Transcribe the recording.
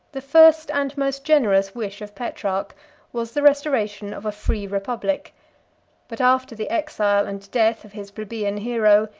the first and most generous wish of petrarch was the restoration of a free republic but after the exile and death of his plebeian hero,